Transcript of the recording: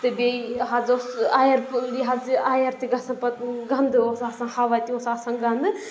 تہٕ بیٚیہِ حظ اوس اَیر یہِ حظ یہِ آیَر تہِ گژھان پَتہٕ گَنٛدٕ اوس آسان ہوا تہِ اوس آسان گَنٛدٕ